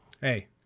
hey